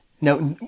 Now